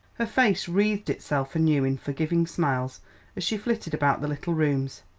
her face wreathed itself anew in forgiving smiles as she flitted about the little rooms.